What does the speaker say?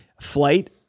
flight